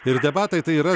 ir debatai tai yra